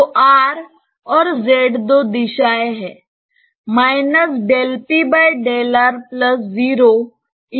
तो r और z दो दिशाएं हैं